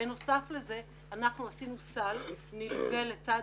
בנוסף לזה אנחנו עשינו סל נלווה לצד